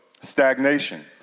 stagnation